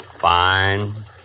Fine